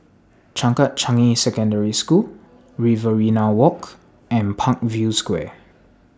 Changkat Changi Secondary School Riverina Walk and Parkview Square